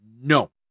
No